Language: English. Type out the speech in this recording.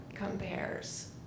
compares